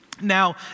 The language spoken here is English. Now